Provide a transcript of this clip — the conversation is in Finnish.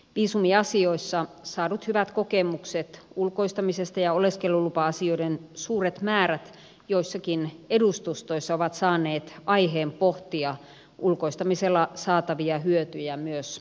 viisumiasioissa saadut hyvät kokemukset ulkoistamisesta ja oleskelulupa asioiden suuret määrät joissakin edustustoissa ovat saaneet aiheen pohtia ulkoistamisella saatavia hyötyjä myös oleskelulupa asioissa